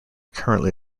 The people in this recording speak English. currently